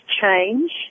change